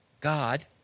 God